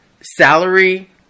salary